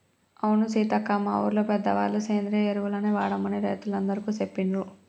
అవును సీతక్క మా ఊరిలో పెద్దవాళ్ళ సేంద్రియ ఎరువులనే వాడమని రైతులందికీ సెప్పిండ్రు